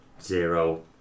zero